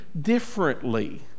differently